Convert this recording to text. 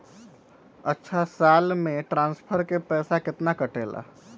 अछा साल मे ट्रांसफर के पैसा केतना कटेला?